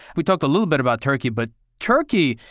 we talked a little bit about turkey, but turkey,